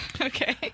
Okay